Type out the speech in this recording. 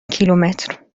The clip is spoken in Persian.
کیلومتر